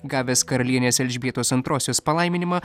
gavęs karalienės elžbietos antrosios palaiminimą